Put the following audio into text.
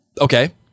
Okay